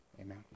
Amen